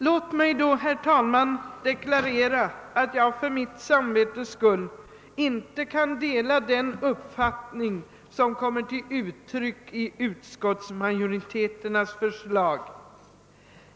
Låt mig då, herr talman, deklarera att jag för mitt eget samvetes skull inte kan dela den uppfattning som kommer till uttryck i utskottsmajoritetens förslag.